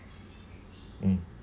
mm